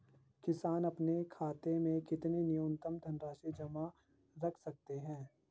किसान अपने खाते में कितनी न्यूनतम धनराशि जमा रख सकते हैं?